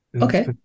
Okay